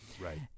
Right